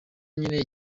nkeneye